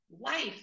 life